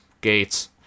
gates